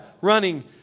running